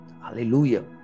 Hallelujah